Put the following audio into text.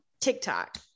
tiktok